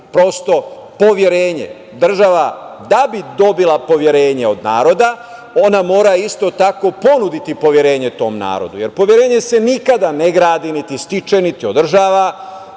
prosto poverenje, država da bi dobila poverenje od naroda, ona isto tako mora ponuditi to poverenje tom narodu, jer se poverenje nikada ne gradi, niti stiče, niti održava,